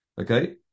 Okay